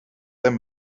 their